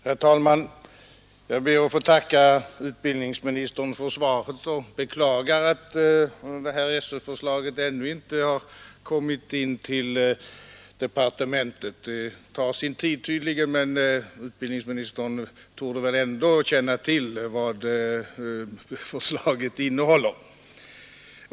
Herr talman! Jag ber att få tacka utbildningsministern för svaret, men jag beklagar att SÖ-förslaget ännu inte har kommit in till departementet. Det tar tydligen sin tid, men utbildningsministern torde ändå känna till vad förslaget innehåller.